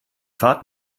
fahrt